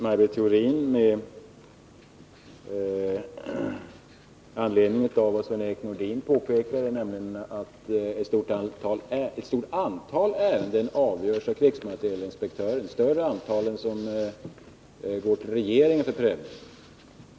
Maj Britt Theorin sade med anledning av ett påpekande av Sven-Erik Nordin att ett större antal ärenden än vad som går till regeringen för prövning avgörs av krigsmaterielinspektören.